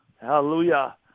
Hallelujah